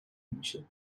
نمیشه